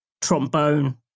trombone